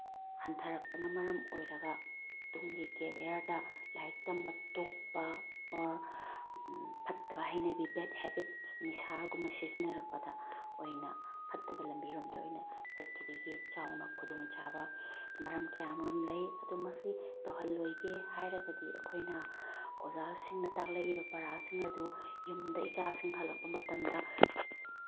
ꯍꯟꯊꯔꯛꯄꯅ ꯃꯔꯝ ꯑꯣꯏꯔꯒ ꯇꯨꯡꯒꯤ ꯀꯦꯔꯤꯌꯥꯔꯗ ꯂꯥꯏꯔꯤꯛ ꯇꯝꯕ ꯇꯣꯛꯄ ꯑꯣꯔ ꯐꯠꯇꯕ ꯍꯩꯅꯕꯤ ꯕꯦꯠ ꯍꯦꯕꯤꯠꯁ ꯅꯤꯁꯥꯒꯨꯝꯕ ꯁꯤꯖꯤꯟꯅꯔꯛꯄꯗ ꯑꯣꯏꯅ ꯐꯠꯇꯕ ꯂꯝꯕꯤꯔꯣꯝꯗ ꯑꯣꯏꯅ ꯆꯠꯈꯤꯕꯒꯤ ꯆꯥꯎꯅ ꯈꯨꯗꯣꯡ ꯆꯥꯕ ꯃꯔꯝ ꯀꯌꯥ ꯑꯃꯔꯣꯝ ꯂꯩ ꯑꯗꯨ ꯃꯁꯤ ꯇꯧꯍꯜꯂꯣꯏꯒꯦ ꯍꯥꯏꯔꯒꯗꯤ ꯑꯩꯈꯣꯏꯅ ꯑꯣꯖꯥꯁꯤꯡꯅ ꯇꯥꯛꯂꯛꯏꯕ ꯄꯔꯥꯁꯤꯡ ꯑꯗꯨ ꯌꯨꯝꯗ ꯏꯆꯥꯁꯤꯡ ꯍꯜꯂꯛꯄ ꯃꯇꯝꯗ